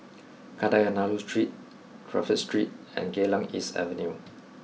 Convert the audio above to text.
Kadayanallur Street Crawford Street and Geylang East Avenue